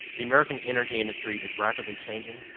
the american energy industry is rapidly changing,